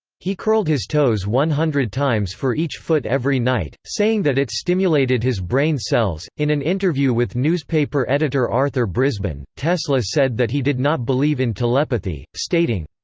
he curled his toes one hundred times for each foot every night, saying that it stimulated his brain cells in an interview with newspaper editor arthur brisbane, tesla said that he did not believe in telepathy, stating,